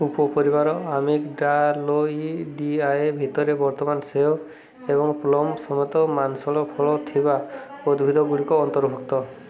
ଉପପରିବାର ଆମିଗ୍ଡ଼ାଲୋଇଡ଼ିଆଏ ଭିତରେ ବର୍ତ୍ତମାନ ସେଓ ଏବଂ ପ୍ଲମ୍ ସମେତ ମାଂସଳ ଫଳ ଥିବା ଉଦ୍ଭିଦଗୁଡ଼ିକ ଅନ୍ତର୍ଭୁକ୍ତ